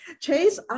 Chase